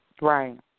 Right